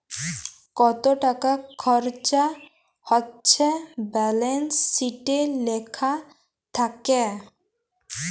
কত টাকা খরচা হচ্যে ব্যালান্স শিটে লেখা থাক্যে